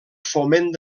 foment